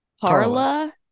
Carla